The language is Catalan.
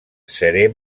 seré